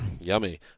Yummy